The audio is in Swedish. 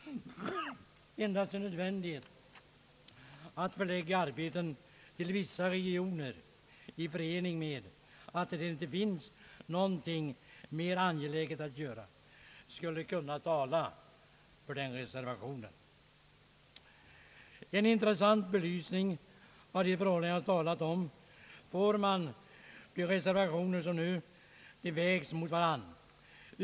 Endast en nödvändighet att förlägga arbeten till vissa regioner i förening med att det inte finns någonting mer angeläget att göra skulle kunna tala för den reservationen. En intressant belysning av de förhållanden jag talat om får man i de reservationer som nu vägs mot varandra.